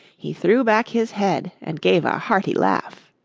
he threw back his head and gave a hearty laugh.